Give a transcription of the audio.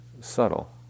subtle